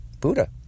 Buddha